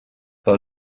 pel